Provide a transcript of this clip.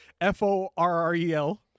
F-O-R-R-E-L